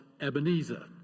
Ebenezer